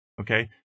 Okay